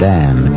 Dan